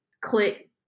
Click